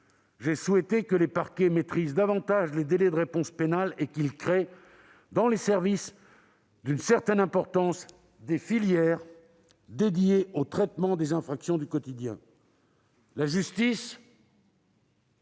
J'ai souhaité que les parquets maîtrisent davantage les délais de réponse pénale et qu'ils créent, dans les services d'une certaine importance, des filières dédiées au traitement des infractions du quotidien. La justice